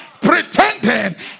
pretending